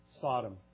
Sodom